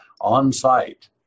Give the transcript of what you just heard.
on-site